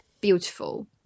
beautiful